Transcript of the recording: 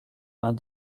vingt